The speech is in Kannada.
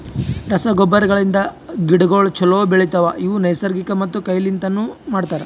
ರಸಗೊಬ್ಬರಗಳಿಂದ್ ಗಿಡಗೋಳು ಛಲೋ ಬೆಳಿತವ, ಇವು ನೈಸರ್ಗಿಕ ಮತ್ತ ಕೈ ಲಿಂತನು ಮಾಡ್ತರ